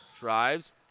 Drives